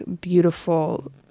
beautiful